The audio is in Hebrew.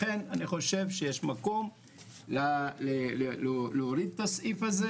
לכן אני חושב שיש מקום להוריד את הסעיף הזה